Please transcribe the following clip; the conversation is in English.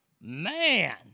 man